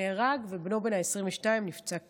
נהרג, ובנו בן ה-22 נפצע קשה.